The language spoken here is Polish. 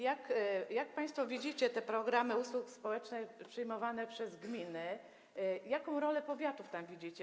Jak państwo widzicie programy usług społecznych przyjmowane przez gminy, jaką rolę powiatów tam widzicie?